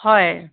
হয়